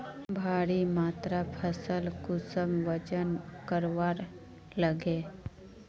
भारी मात्रा फसल कुंसम वजन करवार लगे?